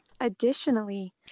additionally